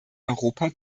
europa